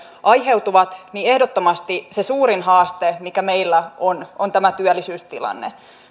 aiheutuvat niin ehdottomasti se suurin haaste mikä meillä on on tämä työllisyystilanne